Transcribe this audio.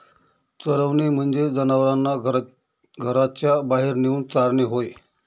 चरवणे म्हणजे जनावरांना घराच्या बाहेर नेऊन चारणे होय